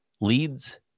leads